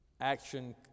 Action